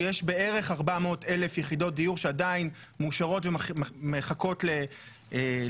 שיש בערך 400,000 יחידות דיור שמאושרות ועדיין מחכות להיבנות.